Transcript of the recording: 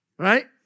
right